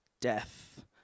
death